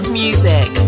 music